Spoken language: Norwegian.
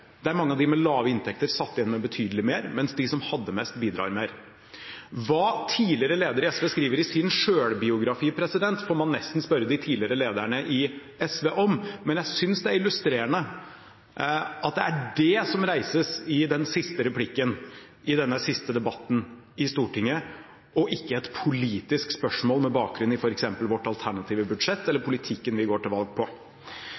skattesystem, der mange av dem med lave inntekter satt igjen med betydelig mer, mens de som hadde mest, bidro mer. Hva tidligere ledere i SV skriver i sin selvbiografi, får man nesten spørre de tidligere lederne i SV om, men jeg synes det er illustrerende at det er det som reises i den siste replikken i denne siste debatten i Stortinget, og ikke et politisk spørsmål med bakgrunn i f.eks. vårt alternative budsjett eller politikken vi går til valg på.